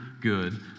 good